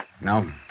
No